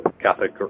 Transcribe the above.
Catholic